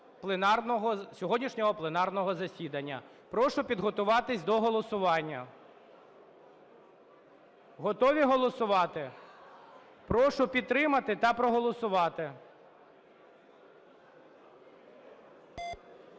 підтримати та проголосувати.